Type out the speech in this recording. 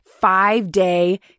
five-day